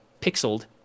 pixeled